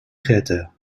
créateurs